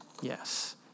Yes